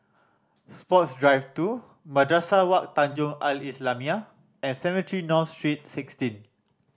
Sports Drive Two Madrasah Wak Tanjong Al Islamiah and Cemetry North Street Sixteen